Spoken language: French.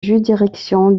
juridiction